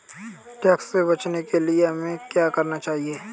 Tax से बचने के लिए हमें क्या करना चाहिए?